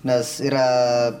nes yra